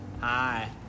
Hi